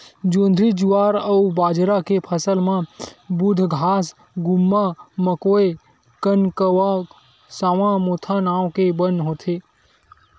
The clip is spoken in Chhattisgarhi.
जोंधरी, जुवार अउ बाजरा के फसल म दूबघास, गुम्मा, मकोया, कनकउवा, सावां, मोथा नांव के बन होथे